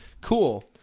cool